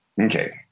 okay